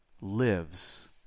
lives